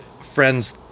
friends